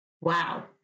Wow